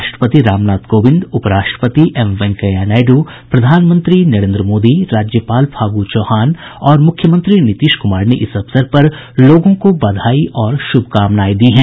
राष्ट्रपति रामनाथ कोविंद उपराष्ट्रपति एम वेंकैया नायडू प्रधानमंत्री नरेन्द्र मोदी राज्यपाल फागू चौहान और मुख्यमंत्री नीतीश कुमार ने इस अवसर पर लोगों को बधाई और शुभकामनाएं दी हैं